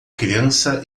criança